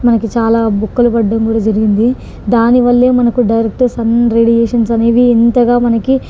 మనకి చాలా బొక్కలు పడడం కూడా జరిగింది దాని వల్లే మనకు డైరెక్ట్గా సన్ రేడియేషన్స్ అనేవి ఇంతగా మనకి